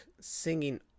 singing